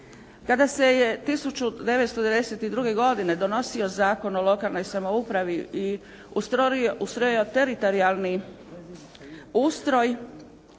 Kada se je 1992. godine donosio Zakon o lokalnoj samoupravi i ustrojio teritorijalni ustroj